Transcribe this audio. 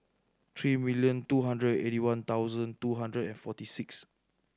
three million two hundred and eighty one thousand two hundred and forty six